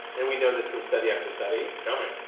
and we know this from study after study. tell me.